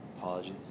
apologies